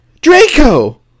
Draco